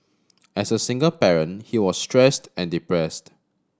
as a single parent he was stressed and depressed